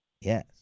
Yes